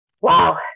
wow